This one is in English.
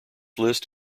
list